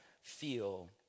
feel